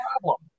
problem